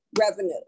revenue